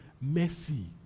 mercy